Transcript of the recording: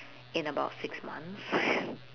in about six months